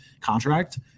contract